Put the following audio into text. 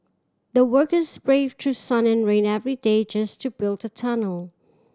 the workers braved through sun and rain every day just to build the tunnel